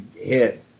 hit